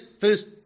first